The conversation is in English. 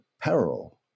Peril